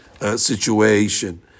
situation